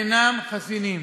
כך גם חברי פרלמנט אינם חסינים.